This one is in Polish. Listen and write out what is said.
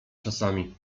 czasami